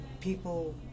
People